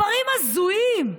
מספרים הזויים.